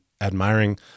admiring